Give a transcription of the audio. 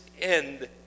end